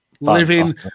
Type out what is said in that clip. living